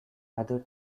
other